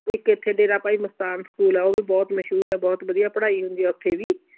ਇੱਕ ਇਥੇ ਡੇਰਾ ਭਾਈ ਮਸਤਾਨ ਸਕੂਲ ਆ ਉਹ ਵੀ ਬਹੁਤ ਮਸ਼ਹੂਰ ਆ ਬਹੁਤ ਵਧੀਆ ਪੜ੍ਹਾਈ ਹੁੰਦੀ ਆ ਉੱਥੇ ਵੀ